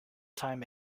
time